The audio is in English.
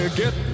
get